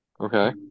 Okay